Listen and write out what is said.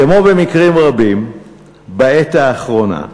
כמו במקרים רבים בעת האחרונה,